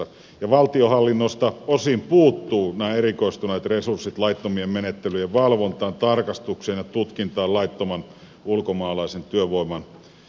ja valtionhallinnosta osin puuttuvat nämä erikoistuneet resurssit laittomien menettelyjen valvontaan tarkastukseen ja tutkintaan laittoman ulkomaalaisen työvoiman käytössä